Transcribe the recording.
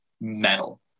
metal